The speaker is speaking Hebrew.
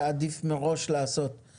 זה היה עדיף לעשות מראש.